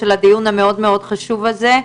על הדיון המאוד מאוד חשוב הזה,